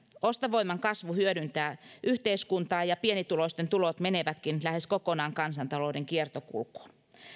ostovoiman kasvu hyödyntää yhteiskuntaa ja ja pienituloisten tulot menevätkin lähes kokonaan kansantalouden kiertokulkuun